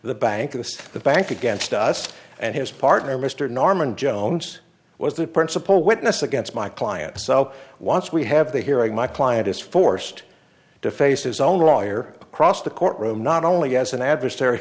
the bank of the bank against us and his partner mr norman jones was the principal witness against my client so once we have the hearing my client is forced to face his own lawyer across the court room not only as an adversary